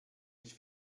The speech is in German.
ich